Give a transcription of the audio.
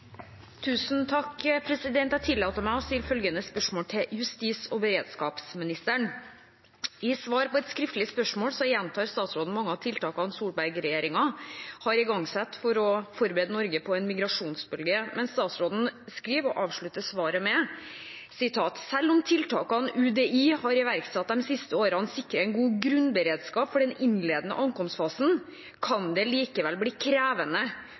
beredskapsministeren: «I svar på et skriftlig spørsmål gjentar statsråden mange av tiltakene Solberg-regjeringen igangsatte for å forberede Norge på en migrasjonsbølge. Statsråden skriver: «Selv om tiltakene UDI har iverksatt de siste årene sikrer en god grunnberedskap for den innledende ankomstfasen, kan det likevel bli krevende